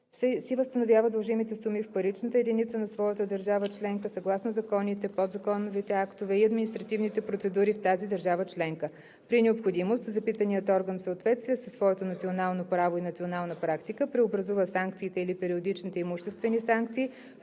си възстановява дължимите суми в паричната единица на своята държава членка съгласно законите, подзаконовите актове и административните процедури в тази държава членка. При необходимост запитаният орган в съответствие със своето национално право и национална практика преобразува санкциите или периодичните имуществени санкции